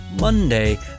Monday